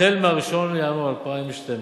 החל מ-1 בינואר 2012,